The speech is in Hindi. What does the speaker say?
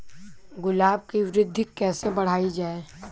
गुलाब की वृद्धि कैसे बढ़ाई जाए?